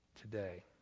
today